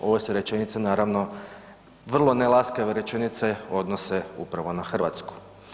Ovo se rečenice naravno, vrlo nelaskave rečenice odnose upravo na Hrvatsku.